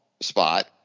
spot